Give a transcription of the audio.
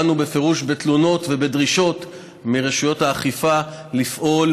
באנו בפירוש בתלונות ובדרישות מרשויות האכיפה לפעול